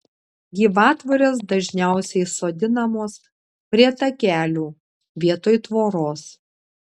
gyvatvorės dažniausiai sodinamos prie takelių vietoj tvoros